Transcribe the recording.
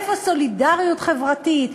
איפה סולידריות חברתית?